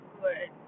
good